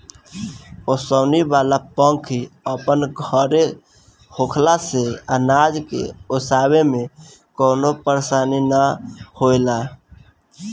ओसवनी वाला पंखी अपन घरे होखला से अनाज के ओसाए में कवनो परेशानी ना होएला